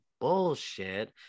bullshit